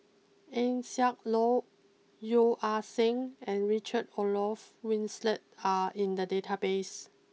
Eng Siak Loy Yeo Ah Seng and Richard Olaf Winstedt are in the databases